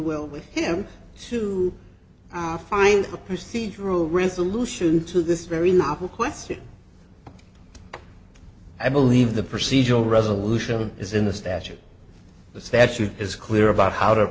will with him to find a procedural resolution to this very novel question i believe the procedural resolution is in the statute the statute is clear about how to